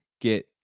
get